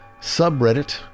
subreddit